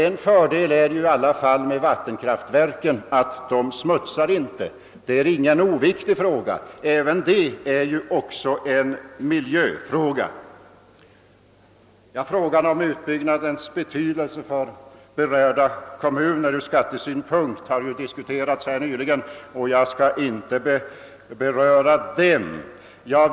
En fördel med vattenkraftverken är i alla fall att de inte smutsar ned; detta är ingen oviktig sak, ty även det är ju en miljöfråga. Frågan om utbyggnadens betydelse för de berörda kommunerna från skattesynpunkt har ju diskuterats här nyligen och jag skall därför inte gå in på den saken.